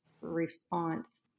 response